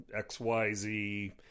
XYZ